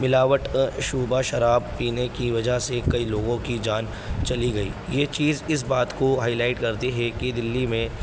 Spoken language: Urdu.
ملاوٹ شعبہ شراب پینے کی وجہ سے کئی لوگوں کی جان چلی گئی یہ چیز اس بات کو ہائیلائٹ کرتے ہے کہ دلی میں